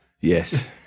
Yes